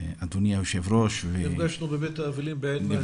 אדוני היושב-ראש --- נפגשנו בבית האבלים בעין מאהל.